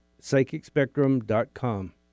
Psychicspectrum.com